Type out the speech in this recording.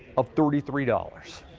a thirty three dollars.